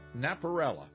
Naparella